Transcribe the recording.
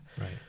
Right